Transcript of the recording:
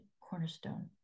cornerstone